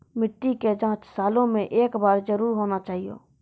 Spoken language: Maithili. मिट्टी के जाँच सालों मे एक बार जरूर होना चाहियो?